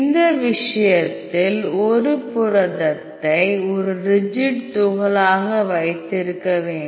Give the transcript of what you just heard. இந்த விஷயத்தில் புரதத்தை ஒரு ரிஜிட் துகளாக வைத்திருக்கப் வேண்டும்